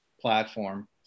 platform